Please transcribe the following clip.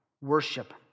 worship